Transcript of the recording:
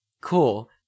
Cool